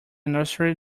nursery